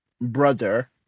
brother